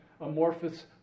amorphous